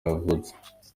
yavutse